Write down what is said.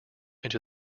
into